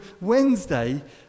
Wednesday